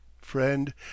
Friend